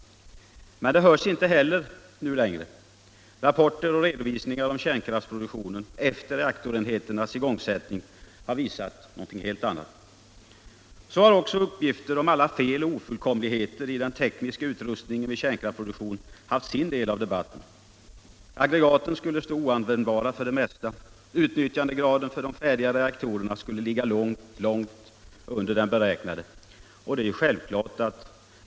Men de hörs inte heller nu längre. Rapporter och redovisningar om kärnkraftsproduktionen efter reaktorenheternas igångsättning har visat något helt annat. Så har också uppgifter om alla fel och ofulltkomligheter i den tekniska utrustningen vid kärnkraftsproduktion haft sin del av debatten. Aggregaten skulle stå oanvändbara för det mesta. Utnyttjandegraden för de färdiga reaktorerna skulle ligga långt. långt under den beräknade. Och det är ju självklart att.